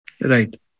Right